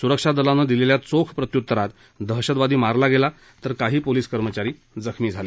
सुरक्षा दलानं दिलेल्या चोख प्रत्युत्तरात दहशतवादी मारला गेला तर काही पोलीस कर्मचारी जखमी झाले